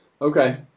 Okay